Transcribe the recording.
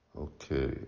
Okay